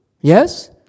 Yes